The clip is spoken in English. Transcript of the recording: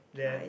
that